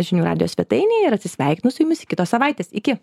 žinių radijo svetainėje ir atsisveikinu su jumis iki kitos savaitės iki